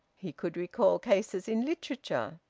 he could recall cases in literature.